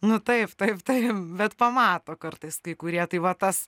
nu taip taip taip bet pamato kartais kai kurie tai va tas